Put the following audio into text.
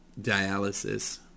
dialysis